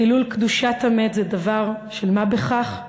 חילול קדושת המת זה דבר של מה בכך?